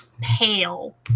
pale